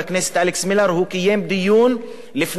הוא קיים דיון לפני הפגרה,